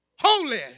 holy